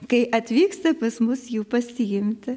kai atvyksta pas mus jų pasiimti